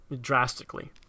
drastically